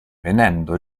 venendo